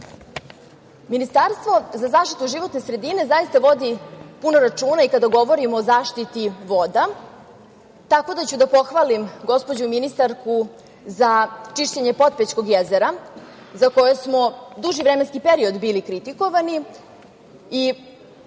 sredine. Ministarstvo za zaštitu životne sredine zaista vodi puno računa i kada govorimo o zaštiti voda, tako da ću da pohvalim gospođu ministarku za čišćenje Potpećkog jezera, za koji smo duži vremenski period bili kritikovani. Naravno,